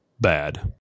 bad